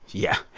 yeah,